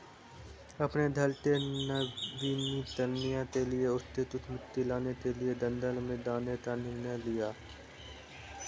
अपने घर के नवीनीकरण के लिए उसने कुछ मिट्टी लाने के लिए जंगल में जाने का निर्णय लिया